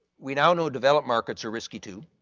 we now know developed markets are risky too,